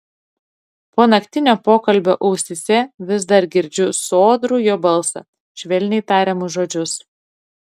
po naktinio pokalbio ausyse vis dar girdžiu sodrų jo balsą švelniai tariamus žodžius